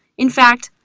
in fact,